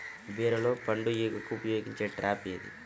బీరలో పండు ఈగకు ఉపయోగించే ట్రాప్ ఏది?